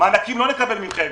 מענקים לא נקבל מכם.